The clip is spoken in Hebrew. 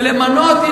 ולמנות?